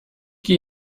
geh